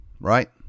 right